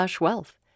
wealth